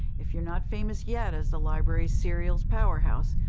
if you're not famous yet as the library's serial powerhouse,